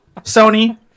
Sony